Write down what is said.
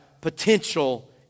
potential